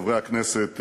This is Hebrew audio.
חברי הכנסת,